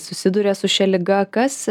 susiduria su šia liga kas